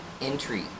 Entry